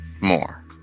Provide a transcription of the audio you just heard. more